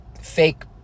fake